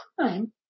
time